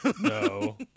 no